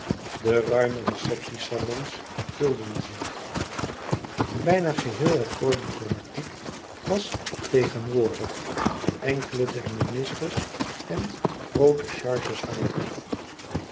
de ruime receptiesalons vulden zich bijna geheel het corps diplomatique was tegenwoordig enkele der ministers en groote charges van het hof